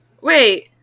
wait